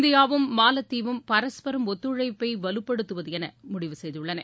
இந்தியாவும் மாலத்தீவும் பரஸ்பரம் ஒத்துழைப்பை வலுப்படுத்துவது என முடிவு செய்துள்ளன